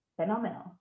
phenomenal